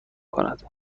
کند